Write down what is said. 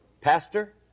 Pastor